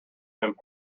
him